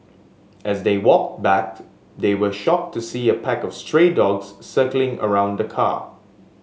as they walked back they were shocked to see a pack of stray dogs circling around the car